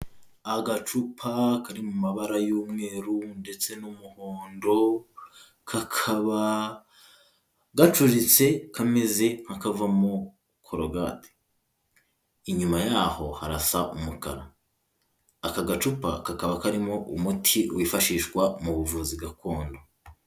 Agacupa kari mu mabara y'umweru ndetse n'umuhondo kakaba gacuritse kameze nk'akavamo korogati. Inyuma yaho harasa umukara. Aka gacupa kakaba karimo umuti wifashishwa mu buvuzi gakondo.